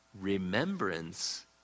remembrance